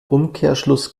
umkehrschluss